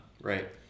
right